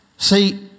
See